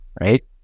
right